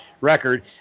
record